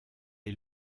est